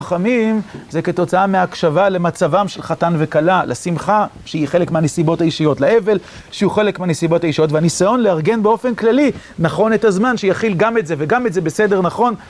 חכמים זה כתוצאה מהקשבה למצבם של חתן וכלה, לשמחה שהיא חלק מהנסיבות האישיות, לאבל שהוא חלק מהנסיבות האישיות, והניסיון לארגן באופן כללי נכון את הזמן, שיכיל גם את זה וגם את זה בסדר נכון.